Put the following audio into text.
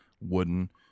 wooden